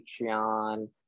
Patreon